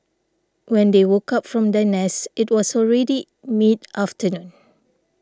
when they woke up from their nest it was already mid afternoon